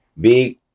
big